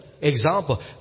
example